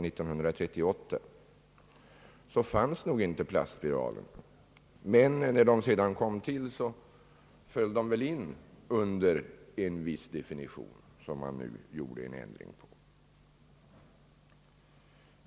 Men när plastspiralerna sedan kom till, föll de in under en viss definition och det är i den man gjort en ändring.